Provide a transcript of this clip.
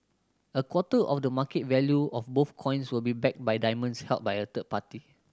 a quarter of the market value of both coins will be backed by diamonds held by a third party